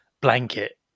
blanket